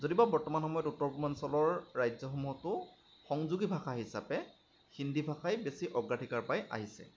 যদিওবা বৰ্তমান সময়ত উত্তৰ পূৰ্বাঞ্চলৰ ৰাজ্যসমূহতো সংযোগী ভাষা হিচাপে হিন্দী ভাষাই বেছি অগ্ৰাধিকাৰ পাই আহিছে